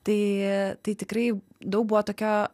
tai tai tikrai daug buvo tokio